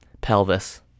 pelvis